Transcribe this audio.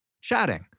chatting